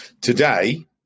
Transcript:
Today